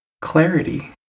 clarity